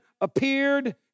appeared